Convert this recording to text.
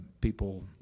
People